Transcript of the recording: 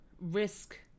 risk